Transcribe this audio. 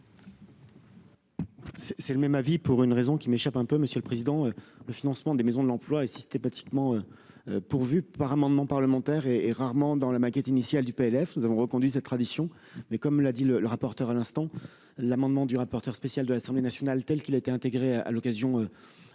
c'est le même avis, pour une raison qui m'échappe un peu, monsieur le président, le financement des maisons de l'emploi et systématiquement pourvu par amendement parlementaire et et rarement dans la maquette initiale du PLF nous avons reconduit cette tradition, mais comme l'a dit le le rapporteur à l'instant, l'amendement du rapporteur spécial de l'assemblée nationale telle qu'il a été intégré à l'occasion